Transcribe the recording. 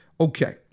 Okay